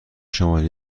شماره